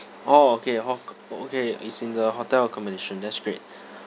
orh okay hoc~ orh okay it's in the hotel accommodation that's great